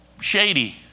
shady